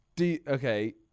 Okay